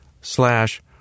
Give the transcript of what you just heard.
Slash